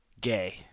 gay